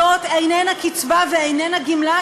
זאת איננה קצבה ואיננה גמלה,